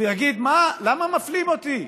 ויגיד: למה מפלים אותי?